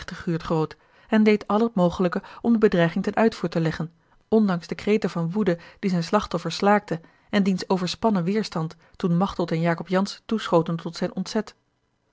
groot en deed al het mogelijke om de bedreiging ten uitvoer te leggen ondanks de kreten van woede die zijn slachtoffer slaakte en diens overspannen weêrstand toen machteld en jacob jansz toeschoten tot zijn